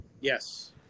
Yes